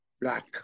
black